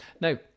Now